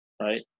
right